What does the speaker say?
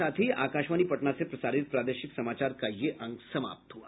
इसके साथ ही आकाशवाणी पटना से प्रसारित प्रादेशिक समाचार का ये अंक समाप्त हुआ